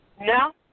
No